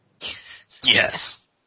Yes